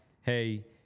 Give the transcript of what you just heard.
hey